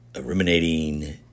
ruminating